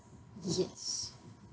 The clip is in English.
yes